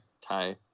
tie